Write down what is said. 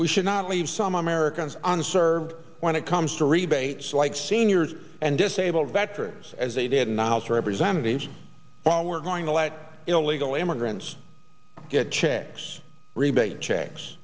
we should not leave some americans on sir when it comes to rebates like seniors and disabled veterans as they did not as representatives well we're going to let illegal immigrants get checks rebate checks